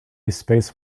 space